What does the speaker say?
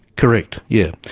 correct, yes.